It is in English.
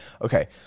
Okay